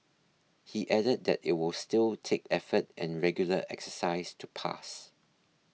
he added that it will still take effort and regular exercise to pass